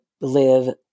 live